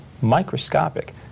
microscopic